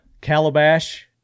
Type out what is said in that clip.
Calabash